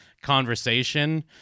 conversation